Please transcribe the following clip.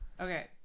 Okay